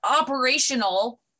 operational